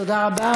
תודה רבה.